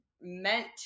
meant